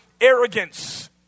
arrogance